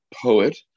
poet